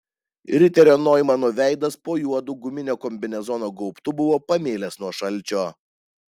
riterio noimano veidas po juodu guminio kombinezono gaubtu buvo pamėlęs nuo šalčio